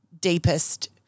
deepest